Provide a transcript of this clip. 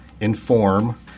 INFORM